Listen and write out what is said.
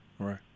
Right